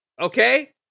Okay